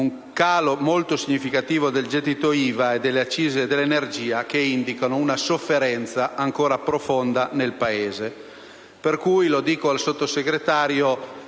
un calo molto significativo del gettito IVA e delle accise dell'energia, che indicano una sofferenza ancora profonda nel Paese. Per cui - lo dico al Sottosegretario